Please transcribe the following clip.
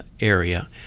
area